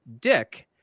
dick